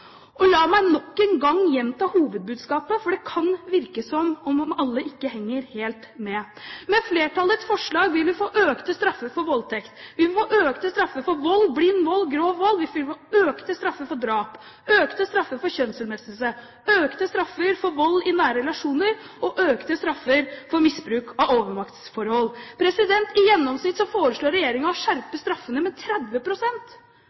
Og la meg nok en gang gjenta hovedbudskapet, for det kan virke som om ikke alle henger helt med. Med flertallets forslag vil vi få økte straffer for voldtekt. Vi vil få økte straffer for vold, blind vold og grov vold. Vi vil få økte straffer for drap, økte straffer for kjønnslemlestelse, økte straffer for vold i nære relasjoner og økte straffer for misbruk av overmaktsforhold. I gjennomsnitt foreslår regjeringen å